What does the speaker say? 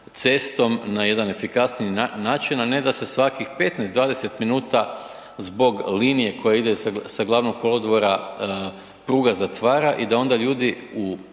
cestom na jedan efikasniji način a ne da se svakih 15, 20 min zbog linije koja ide sa Gl. kolodvora, pruga zatvara i da onda ljudi u